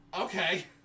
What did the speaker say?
Okay